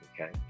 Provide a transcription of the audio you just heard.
Okay